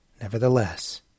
Nevertheless